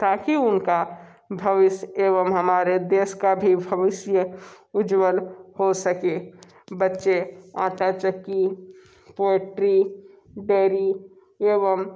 ताकि उनका भविष्य एवं हमारे देश का भी भविष्य उज्जवल हो सके बच्चे आटा चक्की पोएट्री डेरी एवं